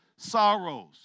sorrows